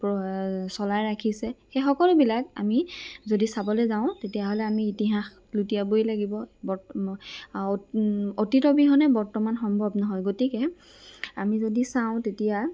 চলাই ৰাখিছে সেই সকলোবিলাক আমি যদি চাবলৈ যাওঁ তেতিয়াহ'লে আমি ইতিহাস লুটিয়াবই লাগিবই বৰ্ত অতীত অবিহনে বৰ্তমান সম্ভৱ নহয় গতিকে আমি যদি চাওঁ তেতিয়া